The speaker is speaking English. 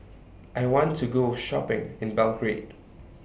I want to Go Shopping in Belgrade